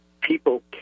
people